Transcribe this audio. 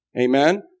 Amen